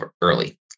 early